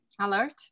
Alert